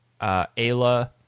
Ayla